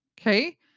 Okay